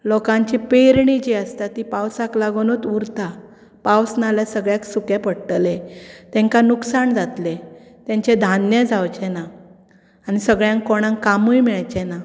लोकांची पेरणी जी आसता ती पावसाक लागुनूत उरता पावस नाल्या सगळ्याक सुकें पडटलें तेंकां नुकसाण जातलें तेंचें धान्य जावचें ना आनी सगळ्याक कोणांग कामूय मेळचें ना